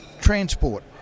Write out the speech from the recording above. transport